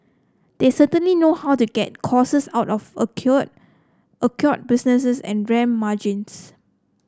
they certainly know how to get out of acquired business and ramp margins